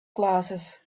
glasses